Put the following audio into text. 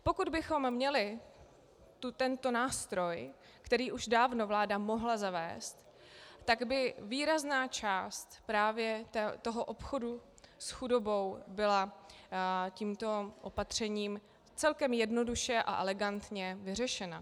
Pokud bychom měli tento nástroj, který už dávno vláda mohla zavést, tak by výrazná část právě toho obchodu s chudobou byla tímto opatřením celkem jednoduše a elegantně vyřešena.